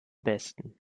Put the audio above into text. besten